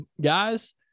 guys